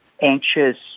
Anxious